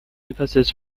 emphasis